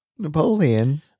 napoleon